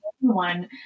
one